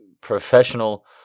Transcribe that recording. professional